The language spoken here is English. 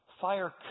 fire